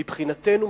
מבחינתנו,